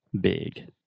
big